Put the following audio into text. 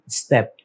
step